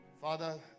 Father